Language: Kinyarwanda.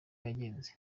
yagenze